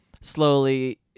slowly